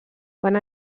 quan